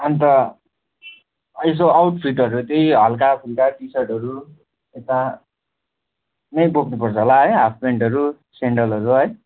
अन्त यसो आउट फिटहरू चाहिँ हल्का फुल्का टिसर्टहरू यता नै बोक्नु पर्छ होला है हाफ प्यान्टहरू सेन्डलहरू है